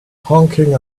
honking